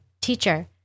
teacher